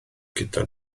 gyda